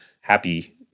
happy